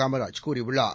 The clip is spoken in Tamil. காமராஜ் கூறியுள்ளார்